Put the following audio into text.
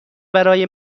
برای